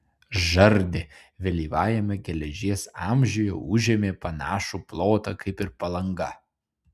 žardė vėlyvajame geležies amžiuje užėmė panašų plotą kaip ir palanga